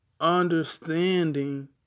Understanding